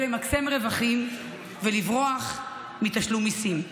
למקסם רווחים ולברוח מתשלום מיסים.